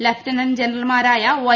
lieutenant ജനറൽമാരായ Y